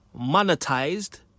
monetized